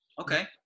Okay